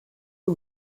who